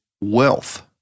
wealth